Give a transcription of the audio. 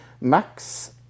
Max